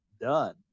done